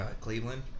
Cleveland